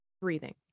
breathing